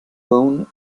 bone